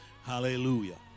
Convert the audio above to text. Hallelujah